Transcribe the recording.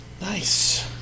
Nice